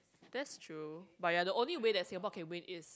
that's true but ya the only way that Singapore can win is